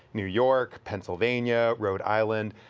new york, pennsylvania, rhode island,